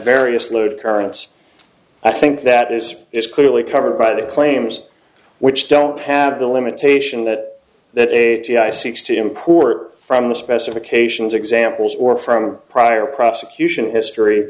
various load currents i think that is is clearly covered by the claims which don't have the limitation that that a seeks to import from the specifications examples or from prior prosecution history